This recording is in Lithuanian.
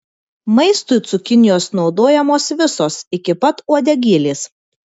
maistui cukinijos naudojamos visos iki pat uodegėlės